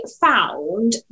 found